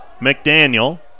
McDaniel